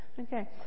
Okay